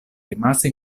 rimase